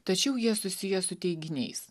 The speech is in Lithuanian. tačiau jie susiję su teiginiais